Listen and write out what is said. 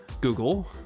Google